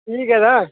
ठीक ऐ तां